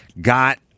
got